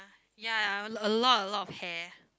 ya ya a lot a lot of hair